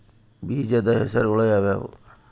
ಬೇಜದ ಹೆಸರುಗಳು ಯಾವ್ಯಾವು?